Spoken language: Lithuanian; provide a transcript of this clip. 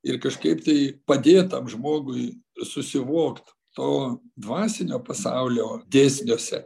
ir kažkaip tai padėt tam žmogui susivokt to dvasinio pasaulio dėsniuose